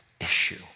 issue